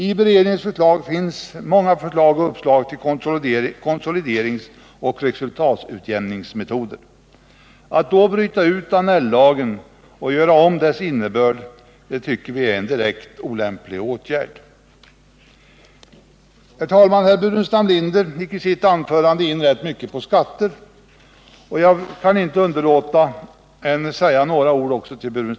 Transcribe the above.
I beredningens förslag finns många uppslag till konsolideringsoch resultatutjämningsmetoder. Att då bryta ut Annell-lagen och göra om dess innebörd tycker vi är en direkt olämplig åtgärd. Herr talman! Herr Burenstam Linder gick i sitt anförande in rätt mycket på skatter, och jag kan inte underlåta att säga några ord också till honom.